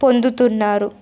పొందుతున్నారు